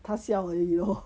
他笑而已